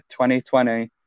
2020